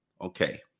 Okay